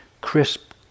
crisp